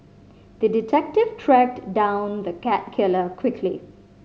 the detective tracked down the cat killer quickly